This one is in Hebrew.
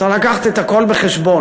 צריך לקחת את הכול בחשבון.